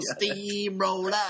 steamroller